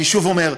אני שוב אומר,